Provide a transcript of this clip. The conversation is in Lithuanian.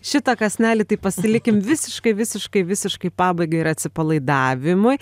šitą kąsnelį tai pasilikim visiškai visiškai visiškai pabaigai ir atsipalaidavimui